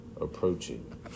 approaching